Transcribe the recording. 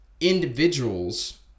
individuals